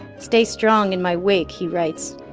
stay strong in my wake, he writes